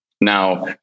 now